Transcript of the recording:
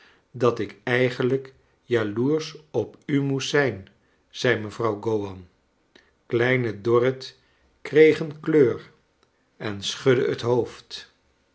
dat ik eigenlijk jaloersch op u moest zij n zei mevrouw gowan kleine dorrit kreeg een kleur en schudde het hoofd